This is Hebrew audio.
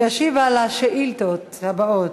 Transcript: שישיב על השאילתות הבאות: